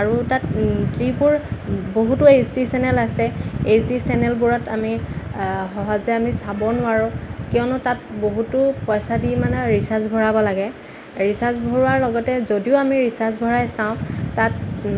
আৰু তাত যিবোৰ বহুতো এইচ ডি চেনেল আছে এইচ ডি চেনেলবোৰত আমি সহজে আমি চাব নোৱাৰোঁ কিয়নো তাত বহুতো পইচা দি মানে ৰিচাৰ্জ ভৰাব লাগে ৰিচাৰ্জ ভৰোৱাৰ লগতে যদিও আমি ৰিচাৰ্জ ভৰাই চাওঁ তাত